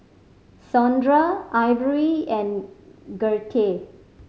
Saundra Ivory and Gertie